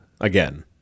again